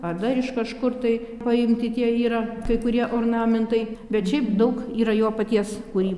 ar dar iš kažkur tai paimti tie yra kai kurie ornamentai bet šiaip daug yra jo paties kūrybo